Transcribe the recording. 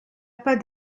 pas